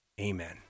Amen